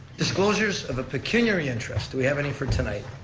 disclosures of a pecuniary interest. do we have any for tonight?